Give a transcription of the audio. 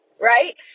right